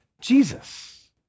Jesus